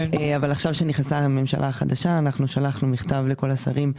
עכשיו כשנכנסה הממשלה החדשה שלחנו מכתב לכל השרים,